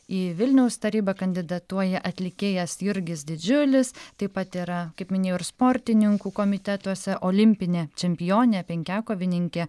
į vilniaus tarybą kandidatuoja atlikėjas jurgis didžiulis taip pat yra kaip minėjau ir sportininkų komitetuose olimpinė čempionė penkiakovininkė